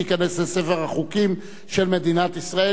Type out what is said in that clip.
והוא ייכנס לספר החוקים של מדינת ישראל.